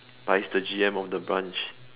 but he's the G_M of the branch